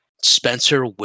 Spencer